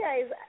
guys